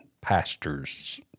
pastors